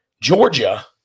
Georgia